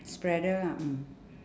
spreader ah mm